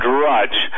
Drudge